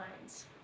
lines